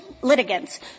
litigants